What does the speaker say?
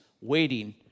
waiting